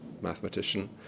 mathematician